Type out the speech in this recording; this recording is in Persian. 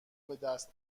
بدست